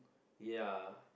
ya